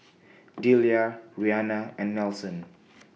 Delia Reanna and Nelson